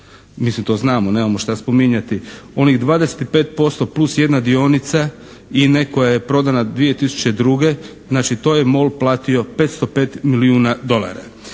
mislim to znamo, nemamo šta spominjati. Onih 25% plus 1 dionica INA-e koja je prodana 2002., znači to je MOL platio 505 milijuna dolara.